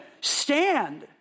stand